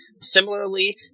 Similarly